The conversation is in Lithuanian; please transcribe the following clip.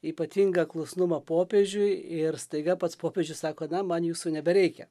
ypatingą klusnumą popiežiui ir staiga pats popiežius sako na man jūsų nebereikia